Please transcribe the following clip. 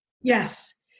Yes